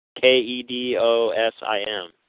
K-E-D-O-S-I-M